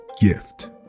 gift